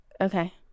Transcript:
Okay